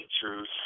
truth